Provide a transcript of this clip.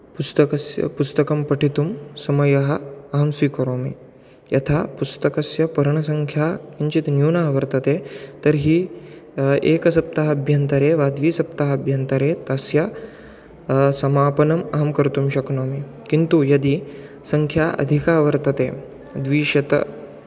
पुस्तकस्य पुस्तकं पठितुं समयम् अहं स्वीकरोमि यथा पुस्तकस्य पर्णसङ्ख्या किञ्चित् न्यूनः वर्तते तर्हि एकसप्ताहाभ्यन्तरे वा द्विसप्ताहाभ्यन्तरे तस्य समापनम् अहं कर्तुं शक्नोमि किन्तु यदि सङ्ख्या अधिका वर्तते द्विशतं